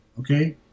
okay